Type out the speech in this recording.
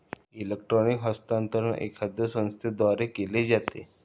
electronic हस्तांतरण एखाद्या संस्थेद्वारे केले जाते